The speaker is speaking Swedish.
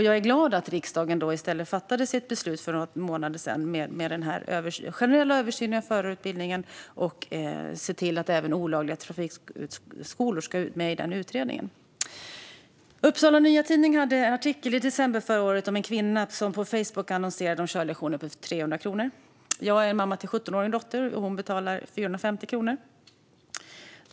Jag är glad att riksdagen i stället fattade ett beslut för några månader sedan om en generell översyn av förarutbildningen, där även frågan om olagliga trafikskolor ska tas med i utredningen. Upsala Nya Tidning hade en artikel i december förra året om en kvinna som på Facebook annonserade om körlektioner för 300 kronor. Jag är mamma till en 17-årig dotter, och hon betalar 450 kronor.